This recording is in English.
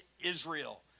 Israel